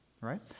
Right